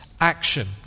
action